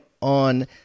on